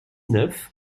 neuf